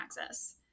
access